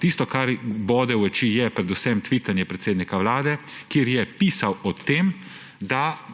Tisto, kar bode v oči, je predvsem tvitanje predsednika Vlade, kjer je pisal o tem, da